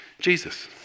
Jesus